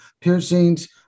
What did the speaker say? piercings